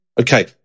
Okay